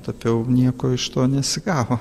tapiau nieko iš to nesigavo